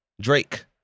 Drake